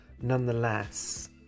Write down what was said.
nonetheless